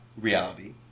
reality